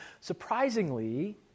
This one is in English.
Surprisingly